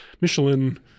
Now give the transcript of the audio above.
michelin